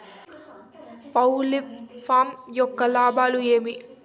poultry farm యొక్క లాభాలు ఏమి